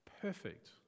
Perfect